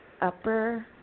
upper